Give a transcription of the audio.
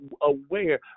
Aware